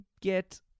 get